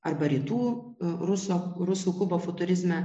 arba rytų ruso rusų kubo futurizme